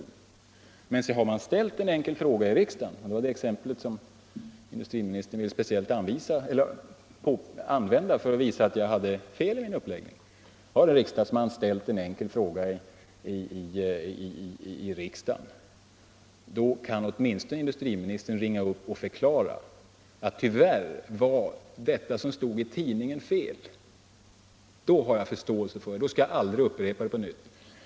Men har en riksdagsman ställt en fråga till riksdagen — det exempel som industriministern ville använda för att visa att jag hade fel i min uppläggning — kan industriministern åtminstone ringa upp och förklara att det som stod i tidningen tyvärr var fel. Det har jag förståelse för, och sker det skall jag aldrig upprepa min fråga.